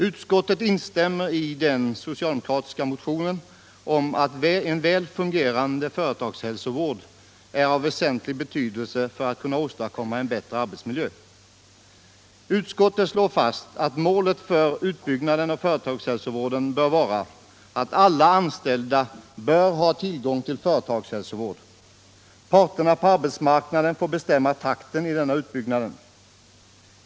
Utskottet instämmer i den socialdemokratiska motionens uttalande om att en väl fungerande företagshälsovård är av väsentlig betydelse för att kunna åstadkomma en bättre arbetsmiljö. Utskottet slår fast att målet för utbyggnaden av företagshälsovården bör vara att alla anställda har tillgång till företagshälsovård. Parterna på arbetsmarknaden får bestämma takten i denna utbyggnad.